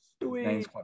name's